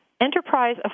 enterprise